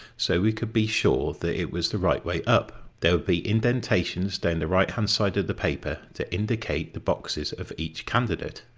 so we could be sure that it was the right way up! there would be indentations down the right hand side of the paper to indicate the boxes of each candidate.